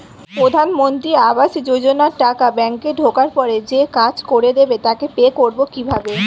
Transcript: প্রধানমন্ত্রী আবাস যোজনার টাকা ব্যাংকে ঢোকার পরে যে কাজ করে দেবে তাকে পে করব কিভাবে?